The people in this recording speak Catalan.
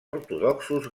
ortodoxos